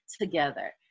together